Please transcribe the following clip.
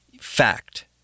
fact